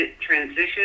transition